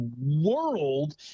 world